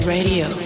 Radio